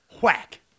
Whack